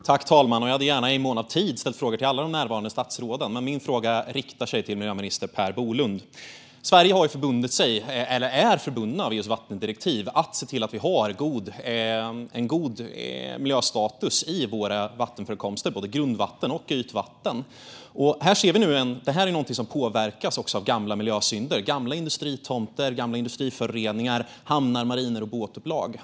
Fru talman! Jag hade gärna i mån av tid ställt frågor till alla de närvarande statsråden, men min fråga riktar sig till miljöminister Per Bolund. Sverige är genom EU:s vattendirektiv förbundet att se till att vi har en god miljöstatus i våra vattenförekomster, både grundvatten och ytvatten. Miljöstatusen påverkas också av gamla miljösynder i gamla industritomter, gamla industriföroreningar, hamnar, marinor och båtupplag.